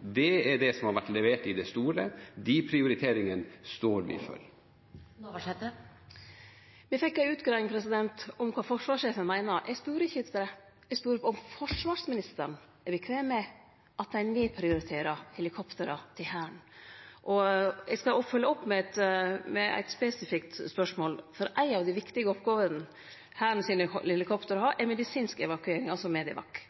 Det er det som har vært levert i det store. De prioriteringene står vi ved. Me fekk her ei utgreiing om kva forsvarssjefen meiner. Eg spurde ikkje etter det. Eg spurde om forsvarsministeren er nøgd med at ein nedprioriterer helikopter til Hæren. Eg skal følgje opp med eit spesifikt spørsmål: Ei av dei viktigaste oppgåvene Hæren sine helikopter har, er medisinsk evakuering, altså MEDEVAK.